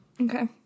okay